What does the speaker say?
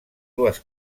dues